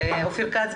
אופיר כץ,